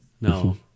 no